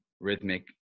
rhythmic